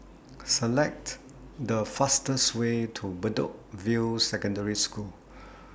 Select The fastest Way to Bedok View Secondary School